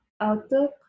outlook